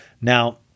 Now